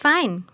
Fine